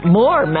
more